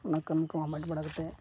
ᱚᱱᱟ ᱠᱟᱹᱢᱤ ᱠᱚ ᱦᱟᱢᱮᱴ ᱵᱟᱲᱟ ᱠᱟᱛᱮᱫ